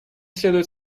следует